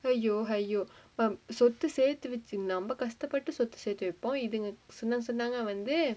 !aiyo! !aiyo! um சொத்து சேத்து வச்சு நம்ம கஷ்டபட்டு சொத்து சேத்து வைப்போ இதுங்க:sothu sethu vachu namma kashtapattu sothu sethu vaippo ithunga senang senang ah வந்து:vanthu